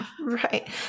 Right